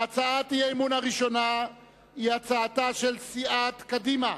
והצעת האי-אמון הראשונה היא הצעתה של סיעת קדימה